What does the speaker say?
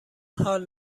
حال